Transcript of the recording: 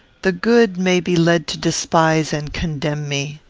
the good may be led to despise and condemn me.